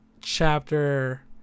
chapter